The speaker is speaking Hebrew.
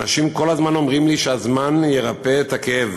אנשים כל הזמן אומרים לי שהזמן ירפא את הכאב.